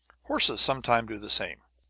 horses sometimes do the same.